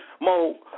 Mo